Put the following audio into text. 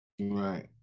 Right